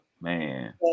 Man